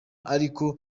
ariko